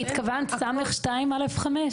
התכוונת (ס)(2)(א)(5)?